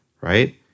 Right